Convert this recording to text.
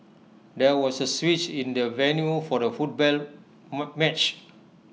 there was A switch in the venue for the football match